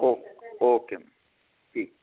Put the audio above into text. okay okay ma'am ठीक